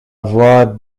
voix